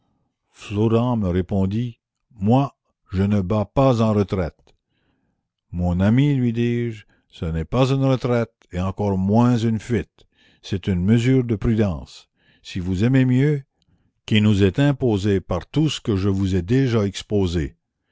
me répondit moi je ne bats pas en retraite mon ami lui dis-je ce n'est pas une retraite et encore moins une fuite c'est une mesure de prudence si vous aimez mieux qui nous est imposée par tout ce que je vous ai déjà exposé